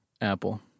Apple